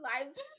lives